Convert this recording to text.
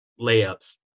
layups